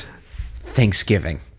Thanksgiving